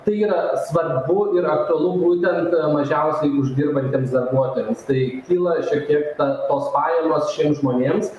tai yra svarbu yra aktualu būtent mažiausiai uždirbantiems darbuotojams tai kyla šiek tiek ta tos pajamos šiem žmonėms